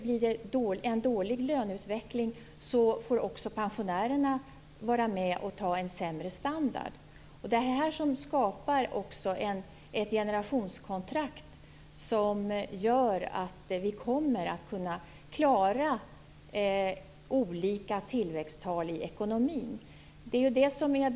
Blir det en dålig löneutveckling får också pensionärerna vara med och ta en sämre standard. Detta skapar ett generationskontrakt som gör att vi kommer att kunna klara olika tillväxttal i ekonomin.